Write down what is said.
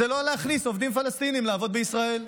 זה לא להכניס עובדים פלסטינים לעבוד בישראל.